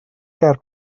ger